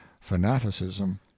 fanaticism